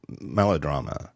melodrama